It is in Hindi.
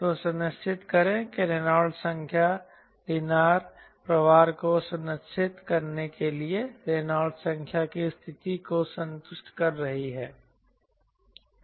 तो सुनिश्चित करें कि रेनॉल्ड्स संख्या लीनार प्रवाह को सुनिश्चित करने के लिए रेनॉल्ड संख्या की स्थिति को संतुष्ट कर रही है